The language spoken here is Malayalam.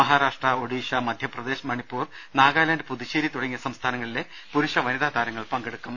മഹാരാഷ്ട്ര ഒഡീഷ മധ്യപ്രദേശ് മണിപ്പൂർ നാഗാലാൻഡ് പുതുച്ചേരി തുടങ്ങിയ സംസ്ഥാനങ്ങളിലെ പുരുഷ വനിതാ താരങ്ങൾ പങ്കെടുക്കും